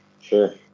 Sure